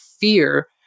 fear